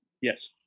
Yes